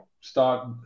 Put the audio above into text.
start